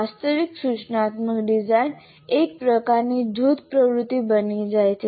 વાસ્તવિક સૂચનાત્મક ડિઝાઇન એક પ્રકારની જૂથ પ્રવૃત્તિ બની જાય છે